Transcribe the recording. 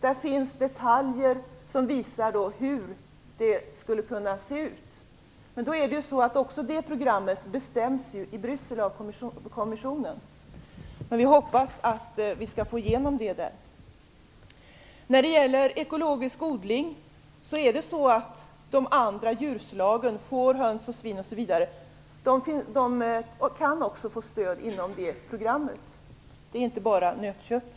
Där finns detaljer som visar hur det skulle kunna se ut. Men också det programmet bestäms av kommissionen i Bryssel. Men vi hoppas att vi skall få igenom det. När det gäller ekologisk odling kan också de andra djurslagen, t.ex. får, höns och svin, få stöd inom det programmet. Det handlar inte bara om nötkött.